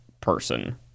person